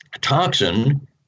toxin